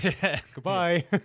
Goodbye